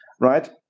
right